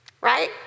Right